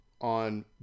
on